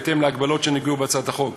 בהתאם להגבלות שנקבעו בהצעת החוק.